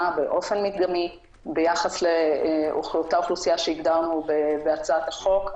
באופן מדגמי ביחס לאותה אוכלוסייה שהגדרנו בהצעת החוק.